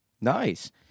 Nice